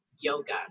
yoga